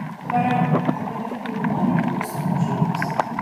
kvaraba dabar tik dainuoja paskum žliumbs